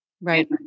Right